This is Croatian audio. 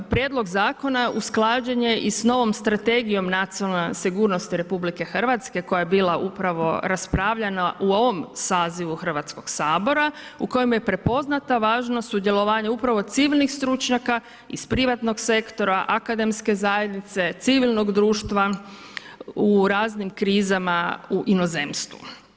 Prijedlog Zakona usklađen je i s novom strategijom nacionalne sigurnosti RH koja je bila upravo raspravljana u ovom sazivu Hrvatskog sabora, u kojem je prepoznata važnost sudjelovanja upravo civilnih stručnjaka iz privatnog sektora, akademske zajednice, civilnog društva u raznim krizama u inozemstvu.